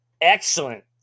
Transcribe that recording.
excellent